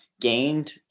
gained